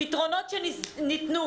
פתרונות שניתנו